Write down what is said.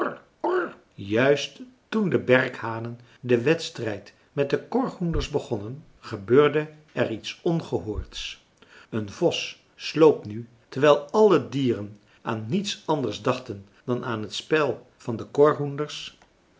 juist toen de berkhanen den wedstrijd met de korhoenders begonnen gebeurde er iets ongehoords een vos sloop nu terwijl alle dieren aan niets anders dachten dan aan t spel van de